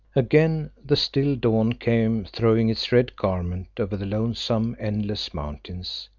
again, the still dawn came, throwing its red garment over the lonesome, endless mountains,